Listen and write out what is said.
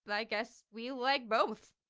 but i guess we like both.